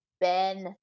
Ben